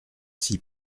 six